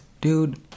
dude